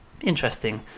interesting